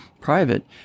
private